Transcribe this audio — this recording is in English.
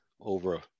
over